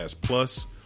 plus